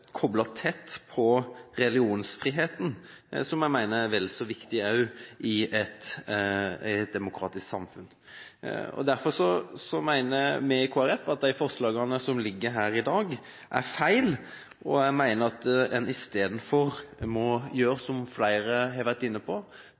koblet tett til religionsfriheten, som jeg mener er vel så viktig i et demokratisk samfunn. Derfor mener vi i Kristelig Folkeparti at de forslagene som foreligger her i dag, er feil. Som flere har vært inne på, mener vi at en i stedet må